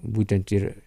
būtent ir